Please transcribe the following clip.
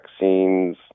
vaccines